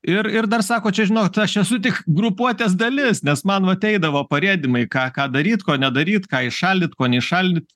ir ir dar sako čia žinot aš esu tik grupuotės dalis nes man vat eidavo parėdymai ką ką daryt ko nedaryt ką įšaldyt ko neįšaldyt